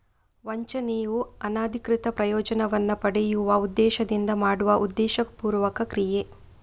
ವಂಚನೆಯು ಅನಧಿಕೃತ ಪ್ರಯೋಜನವನ್ನ ಪಡೆಯುವ ಉದ್ದೇಶದಿಂದ ಮಾಡುವ ಉದ್ದೇಶಪೂರ್ವಕ ಕ್ರಿಯೆ